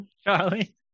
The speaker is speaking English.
Charlie